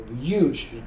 huge